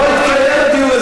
לא יתקיים על זה דיון במליאה.